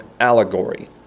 allegory